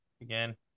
Again